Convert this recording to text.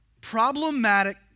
problematic